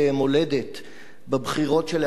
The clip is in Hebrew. בבחירות שלאחר רצח גנדי,